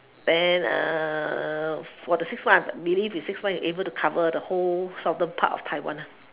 and for the six months I believe in six months you are able to cover the whole southern part of taiwan